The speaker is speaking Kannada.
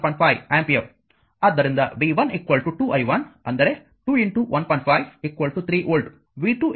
5 ಆಂಪಿಯರ್ ಆದ್ದರಿಂದ v1 2 i1 ಅಂದರೆ 2 1